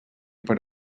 per